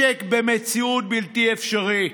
משק במציאות בלתי אפשרית,